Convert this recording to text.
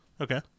okay